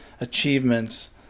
achievements